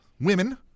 women